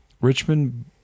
Richmond